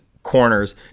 corners